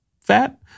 fat